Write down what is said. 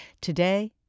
Today